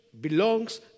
belongs